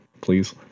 please